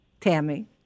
Tammy